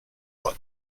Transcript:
lot